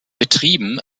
betrieben